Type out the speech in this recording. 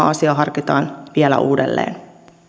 asiaa harkitaan vielä uudelleen